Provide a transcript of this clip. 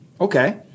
Okay